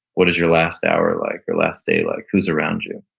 what is your last hour like or last day like? who's around you?